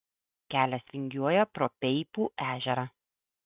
kelias vingiuoja pro peipų ežerą